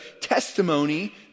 testimony